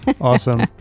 Awesome